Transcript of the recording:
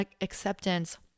acceptance